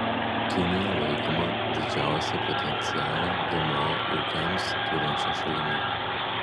kinija laikoma didžiausią potencialą gmo ūkiams turinčia šalimi